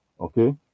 Okay